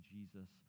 Jesus